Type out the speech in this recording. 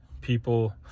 people